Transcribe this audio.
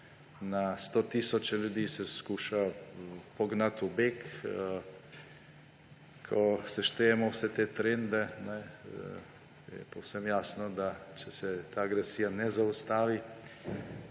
na 100 tisoče ljudi se skuša pognati v beg. Ko seštejemo vse te trende, je povsem jasno, da če se ta agresija ne zaustavi,